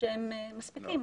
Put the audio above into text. שהם מספיקים.